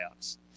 playoffs